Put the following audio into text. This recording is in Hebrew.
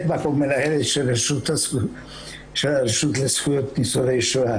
אנחנו נגיע אליהם ואנחנו מגבשים תוכניות משותפות לאוכלוסייה הזאת.